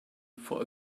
for